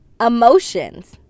emotions